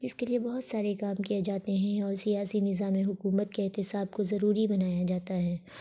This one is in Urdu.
جس کے لیے بہت سارے کام کیے جاتے ہیں اور سیاسی نظام حکومت کے احتساب کو ضروری بنایا جاتا ہے